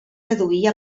deduir